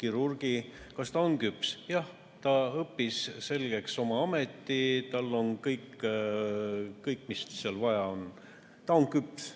kirurgi. Kas ta on küps? Jah, ta õppis selgeks ameti, tal on kõik, mis vaja on. Ta on küps.